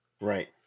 Right